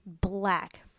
black